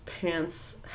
pants